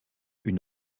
une